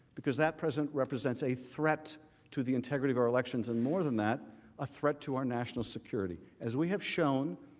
because that president represents a threat to the integrity of our elections. and more than that a threat to our national security. as we have shown,